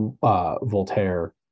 Voltaire